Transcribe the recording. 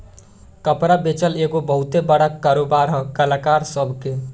कपड़ा बेचल एगो बहुते बड़का कारोबार है कलाकार सभ के